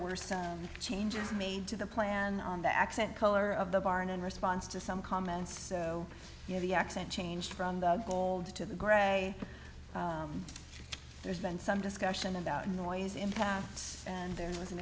were some changes made to the plan on the accent color of the barn in response to some comments so yeah the accent changed from the gold to the gray there's been some discussion about noise impacts and there was an